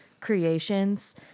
creations